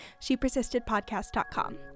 ShePersistedPodcast.com